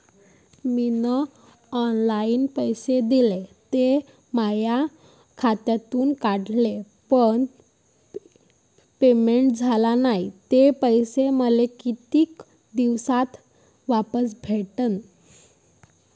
मीन online पैसे दिले, ते माया खात्यातून कटले, पण पेमेंट झाल नायं, ते पैसे मले कितीक दिवसात वापस भेटन?